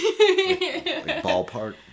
ballpark